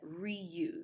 reuse